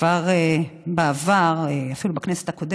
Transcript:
כמו שאמר חברי אלי אלאלוף,